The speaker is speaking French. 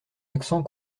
accent